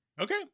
Okay